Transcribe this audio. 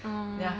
orh